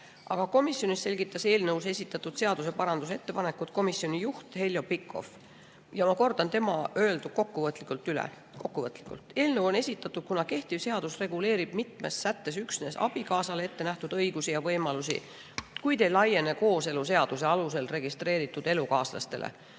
[õigus]komisjonis selgitas eelnõus esitatud seaduste parandamise ettepanekuid komisjoni juht Heljo Pikhof. Ja ma kordan tema öeldu kokkuvõtlikult üle. Eelnõu on esitatud, kuna kehtiv seadus reguleerib mitmes sättes üksnes abikaasale ettenähtud õigusi ja võimalusi, kuid need ei laiene kooseluseaduse alusel registreeritud elukaaslastele.